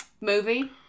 Movie